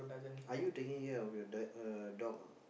are you taking care of your d~ uh dog or not